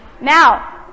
Now